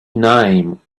name